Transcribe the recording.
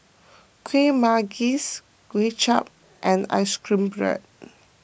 Kueh Manggis Kway Chap and Ice Cream